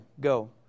Go